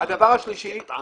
דבר שלישי,